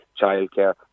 childcare